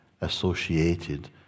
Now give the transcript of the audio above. associated